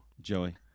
Joey